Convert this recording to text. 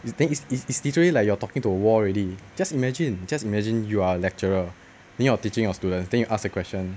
then it's it's it's literally like you are talking to a wall already just imagine just imagine you are lecturer then you're teaching students then you ask a question